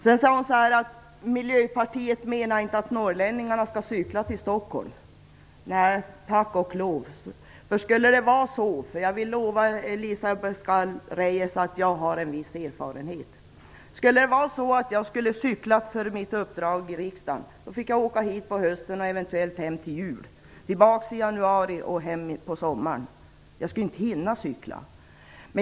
Sedan sade hon att Miljöpartiet inte menar att norrlänningarna skall cykla till Stockholm. Nej, tack och lov för det. Jag vill lova Elisa Abascal Reyes att jag har en viss erfarenhet. Skulle det vara så att jag skulle cykla till Stockholm för att fullgöra mitt uppdrag i riksdagen fick jag åka hit på hösten och hem eventuellt till jul. Sedan fick jag cykla tillbaka till Stockholm i januari och cykla hem på sommaren. Jag skulle inte hinna cykla.